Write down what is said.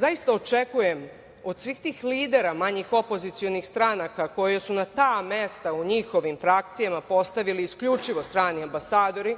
zaista očekujem od svih tih lidera manjih opozicionih stranaka koje su na ta mesta u njihovim frakcijama postavili isključivo strani ambasadori